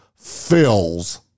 fills